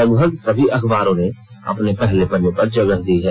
लगभग सभी अखबारों ने अपने पहले पन्ने पर जगह दी है